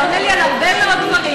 אתה עונה לי על הרבה מאוד דברים,